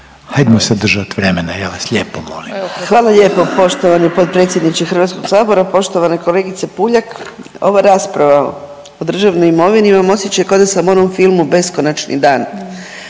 Hajdmo se držat vremena ja vas lijepo molim. **Mrak-Taritaš, Anka (GLAS)** Hvala lijepo poštovani potpredsjedniče HS-a. Poštovana kolegice Puljak. Ova rasprava o državnoj imovini imam osjećaj ko da sam u onom filmu „Beskonačni dan“,